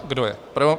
Kdo je pro?